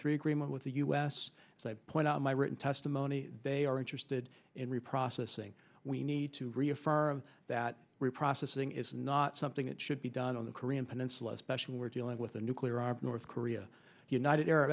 three agreement with the us as i point out my written testimony they are interested in reprocessing we need to reaffirm that reprocessing is not something that should be done on the korean peninsula especially we're dealing with a nuclear armed north korea united arab